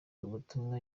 ubutumwa